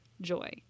joy